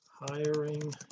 hiring